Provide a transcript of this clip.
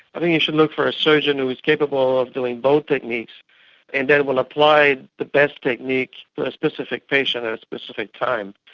i think you should look for a surgeon who is capable of doing both techniques and they will apply the best technique for a specific patient at a specific time.